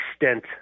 extent